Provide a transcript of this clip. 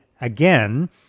again